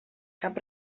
cap